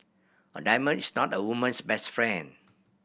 a diamond is not a woman's best friend